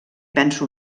penso